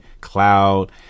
cloud